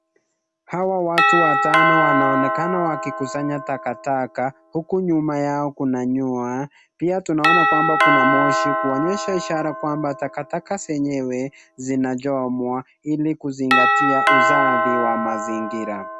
Hawa watu watano wanaonekana wakikusanya takataka, huku nyuma yao kuna nyua. Pia tunaona kwamba kuna moshi, kuonyesha ishara kwamba takataka zenyewe zinachomwa ili kuzingatia usafi wa mazingira.